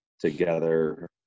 together